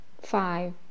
Five